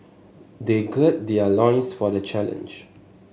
they gird their loins for the challenge